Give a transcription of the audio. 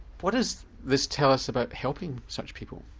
what does this tell us about helping such people?